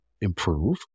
improve